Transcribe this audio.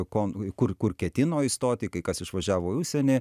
ko no kur kur ketino įstoti kai kas išvažiavo į užsienį